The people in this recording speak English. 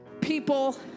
people